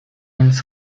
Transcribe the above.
ins